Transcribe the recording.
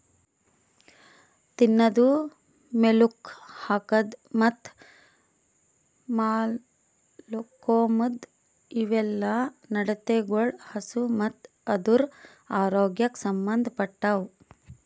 ತಿನದು, ಮೇಲುಕ್ ಹಾಕದ್ ಮತ್ತ್ ಮಾಲ್ಕೋಮ್ದ್ ಇವುಯೆಲ್ಲ ನಡತೆಗೊಳ್ ಹಸು ಮತ್ತ್ ಅದುರದ್ ಆರೋಗ್ಯಕ್ ಸಂಬಂದ್ ಪಟ್ಟವು